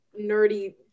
nerdy